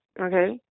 Okay